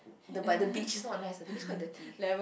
the by the beach is not nice it's quite dirty